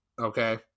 Okay